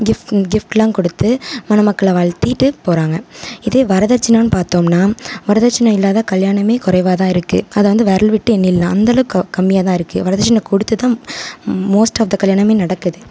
gift கிஃப்ட்டுலாம் கொடுத்து மணமக்களை வாழ்த்திட்டு போகிறாங்க இதே வரதட்சணைன்னு பார்த்தோமுன்னா வரதட்சணை இல்லாத கல்யாணமே குறைவா தான் இருக்குது அதை வந்து விரல் விட்டு எண்ணிடலாம் அந்த அளவுக்கு கம்மியாக தான் இருக்கே வரதட்சணை கொடுத்து தான் மோஸ்ட் ஆப் த கல்யாணமே நடக்குது